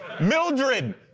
Mildred